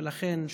ולכן,